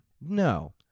No